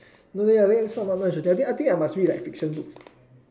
no leh this type I really not interested I think I must read like fiction books